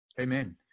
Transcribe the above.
Amen